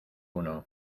uno